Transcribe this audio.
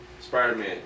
Spider-Man